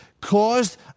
caused